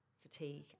fatigue